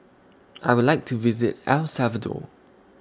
I Would like to visit El Salvador